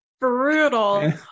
brutal